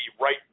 right